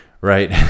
Right